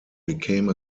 became